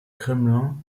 kremlin